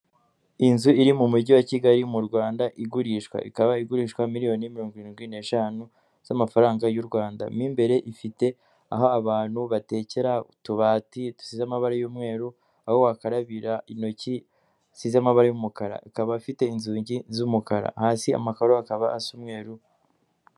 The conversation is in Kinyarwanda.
Inzu iri mu mujyi wa Kigali mu Rwanda igurishwa, ikaba igurishwa miliyoni mirongo irindwi n'eshanu z'amafaranga y'u Rwanda. Mu imbere ifite aho abantu batekera, utubati dusize amabara y'umweru, aho wakarabira intoki hasize amabara y'umukara, ikaba ifite inzugi z'umukara, hasi amakaro akaba asa umweru.